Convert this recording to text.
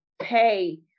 pay